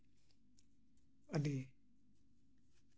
ᱟᱹᱰᱤ